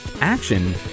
action